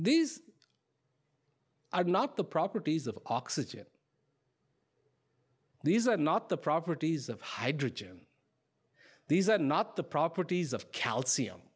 these are not the properties of oxygen these are not the properties of hydrogen these are not the properties of calcium